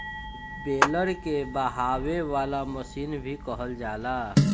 baler के बहावे वाला मशीन भी कहल जाला